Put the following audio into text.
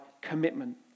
commitment